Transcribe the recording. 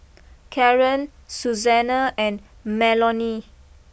Karren Suzanna and Melony